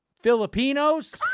Filipinos